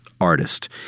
artist